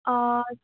آ